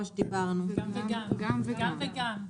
גם וגם.